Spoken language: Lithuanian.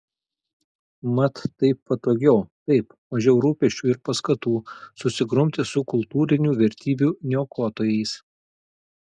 mat taip patogiau taip mažiau rūpesčių ir paskatų susigrumti su kultūrinių vertybių niokotojais